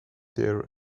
there